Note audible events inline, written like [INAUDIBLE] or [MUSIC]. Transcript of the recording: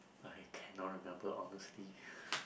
I cannot remember honestly [LAUGHS]